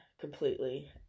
completely